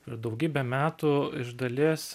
ir daugybę metų iš dalies